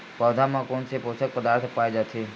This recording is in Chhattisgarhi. पौधा मा कोन से पोषक पदार्थ पाए जाथे?